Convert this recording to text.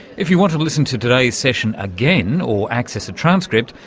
if you want to listen to today's session again, or access a transcript,